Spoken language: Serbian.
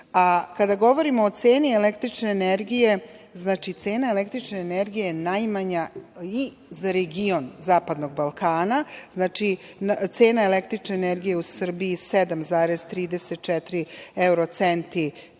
mreži. Kada govorimo o ceni električne energije, cena električne energije je najmanja i za region zapadnog Balkana. Znači, cena električne energije u Srbiji je 7,34 evrocenti